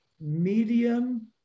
medium